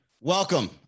welcome